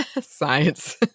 Science